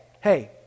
hey